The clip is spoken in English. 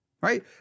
right